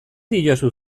diozu